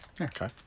Okay